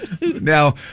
Now